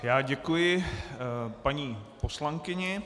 Já děkuji paní poslankyni.